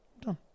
done